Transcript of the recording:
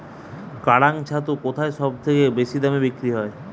কাড়াং ছাতু কোথায় সবথেকে বেশি দামে বিক্রি হয়?